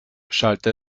schallte